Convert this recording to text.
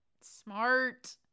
smart